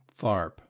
Tharp